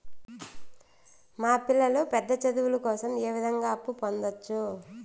మా పిల్లలు పెద్ద చదువులు కోసం ఏ విధంగా అప్పు పొందొచ్చు?